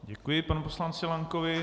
Děkuji panu poslanci Lankovi.